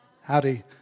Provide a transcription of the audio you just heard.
Howdy